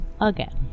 again